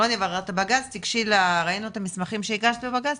ראינו את המסמכים שהגשת לבג"ץ,